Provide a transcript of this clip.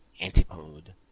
Antipode